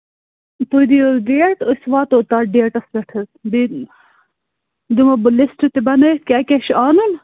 تُہۍ دِیو حظ ڈیٹ أسۍ واتو تَتھ ڈیٹَس پٮ۪ٹھ حظ بیٚیہِ دِمو بہٕ لِسٹہٕ تہِ بَنٲوِتھ کیٛاہ کیٛاہ چھُ آنُن